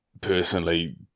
personally